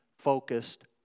focused